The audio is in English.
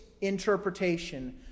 interpretation